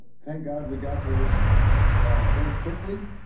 thank god we got to those very quickly,